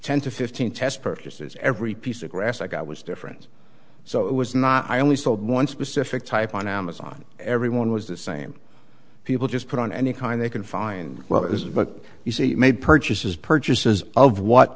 ten to fifteen test purchases every piece of grass i got was different so it was not i only sold one specific type on amazon everyone was the same people just put on any kind they can find well it is but you see it made purchases purchases of what